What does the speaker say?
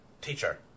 teacher